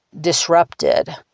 disrupted